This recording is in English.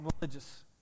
religious